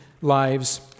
lives